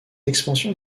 expansion